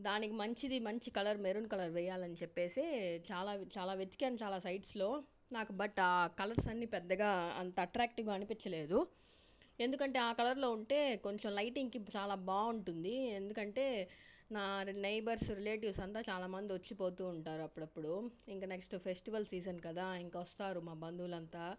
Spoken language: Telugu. దానికి మంచిది మంచి కలర్ మెరూన్ కలర్ వేయాలి అని చెప్పి చాలా చాలా వెతికాను చాలా సైట్స్లో నాకు బట్ కలర్స్ అన్నీపెద్దగా అంత అట్రాక్టివ్గా అనిపించలేదు ఎందుకంటే ఆ కలర్లో ఉంటే కొంచెం లైటింగ్ చాలా బాగుంటుంది ఎందుకంటే నా నైబర్స్ రిలేటివ్స్ అంతా చాల మంది వచ్చి పోతు ఉంటారు అప్పుడప్పుడు ఇంకా నెక్స్ట్ ఫెస్టివల్ సీజన్ కదా ఇంక వస్తారు మా బంధువులంతా